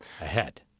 ahead